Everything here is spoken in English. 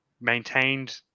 maintained